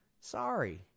Sorry